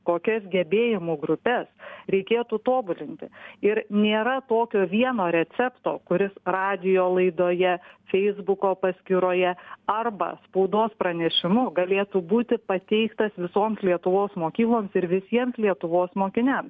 kokias gebėjimų grupes reikėtų tobulinti ir nėra tokio vieno recepto kuris radijo laidoje feisbuko paskyroje arba spaudos pranešimu galėtų būti pateiktas visoms lietuvos mokykloms ir visiems lietuvos mokiniam